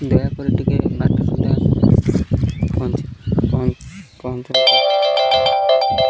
ଦୟାକରି ଟିକେ ବାରଟା ସୁଦ୍ଧା ପହଞ୍ଚି ପହଞ୍ଚନ୍ତୁ